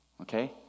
Okay